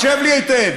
הקשב לי היטב,